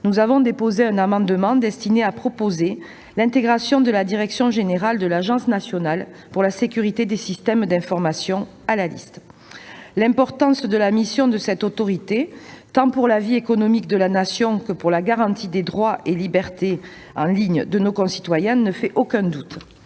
tout d'abord déposé un amendement visant à proposer l'intégration de la direction générale de l'Agence nationale pour la sécurité des systèmes d'information à la liste. L'importance de la mission de cette autorité, tant pour la vie économique de la Nation que pour la garantie des droits et des libertés en ligne de nos concitoyens, ne fait aucun doute.